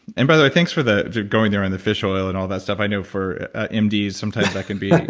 and by the way, thanks for the going there on the fish oil and all that stuff. i know for um mds sometimes that can be